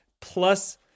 Plus